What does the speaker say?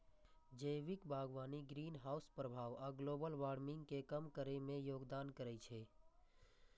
जैविक बागवानी ग्रीनहाउस प्रभाव आ ग्लोबल वार्मिंग कें कम करै मे योगदान करै छै